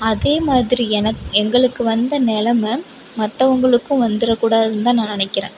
அதே மாதிரி எனக்கு எங்களுக்கு வந்த நிலம மற்றவங்களுக்கும் வந்துரக் கூடாதுன்னு தான் நான் நினைக்கிறேன்